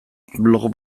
blog